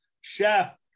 chef